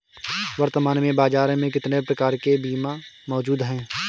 वर्तमान में बाज़ार में कितने प्रकार के बीमा मौजूद हैं?